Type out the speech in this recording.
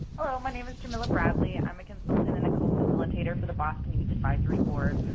hello, my name is jamila bradley. i'm a consultant and a co-facilitator for the boston youth advisory board.